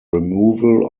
removal